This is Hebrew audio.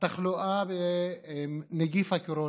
התחלואה בנגיף הקורונה.